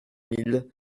mille